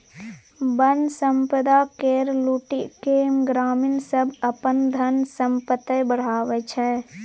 बन संपदा केर लुटि केँ ग्रामीण सब अपन धन संपैत बढ़ाबै छै